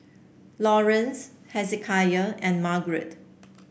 Lawerence Hezekiah and Marget